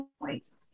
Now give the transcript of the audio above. points